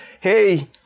hey